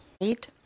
eight